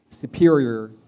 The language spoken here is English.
superior